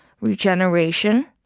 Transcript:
regeneration